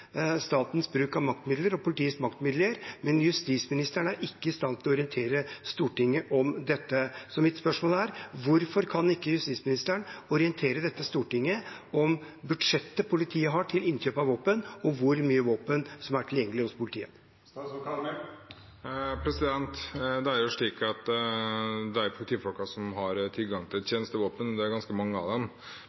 statens bruk av maktmidler og politiets maktmidler, men justisministeren er ikke i stand til å orientere Stortinget om dette. Så mitt spørsmål er: Hvorfor kan ikke justisministeren orientere Stortinget om budsjettet politiet har til innkjøp av våpen, og hvor mye våpen som er tilgjengelig hos politiet? Når det gjelder de politifolkene som har tilgang til tjenestevåpen – det er ganske mange av dem